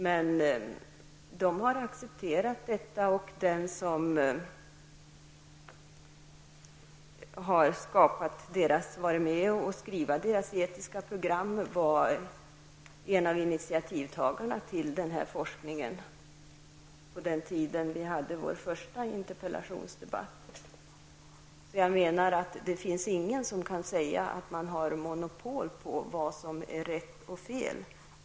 Men kds har accepterat detta och den som har varit med och skrivit partiets medicinskt-etiska program var en av initiativtagarna till den här forskningen. Det finns ingen, menar jag, som kan säga att man har monopol på vad som är rätt eller fel.